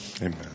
Amen